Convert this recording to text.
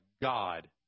God